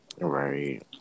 Right